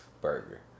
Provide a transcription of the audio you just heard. burger